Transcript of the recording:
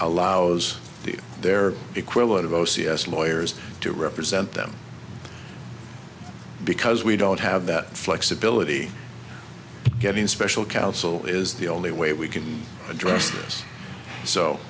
allows their equivalent of o c s lawyers to represent them because we don't have that flexibility getting special counsel is the only way we can address